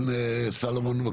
עו"ד סלומון.